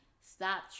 stop